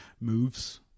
moves